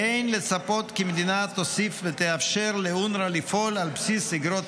אין לצפות כי המדינה תוסיף ותאפשר לאונר"א לפעול על בסיס איגרות